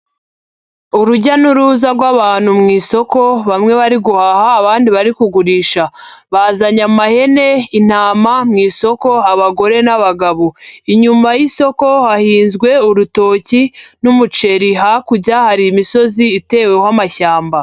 Urujya n'uruza rw'abantu mu isoko, bamwe bari guhaha abandi bari kugurisha, bazanye amahene, intama, mu isoko, abagore n'abagabo, inyuma y'isoko hahinzwe urutoki n'umuceri, hakurya hari imisozi iteweho amashyamba.